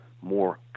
more